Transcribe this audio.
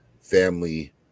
family